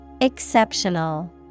Exceptional